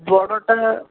ବଡ଼ଟା